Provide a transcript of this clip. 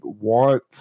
want